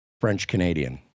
French-Canadian